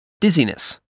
dizziness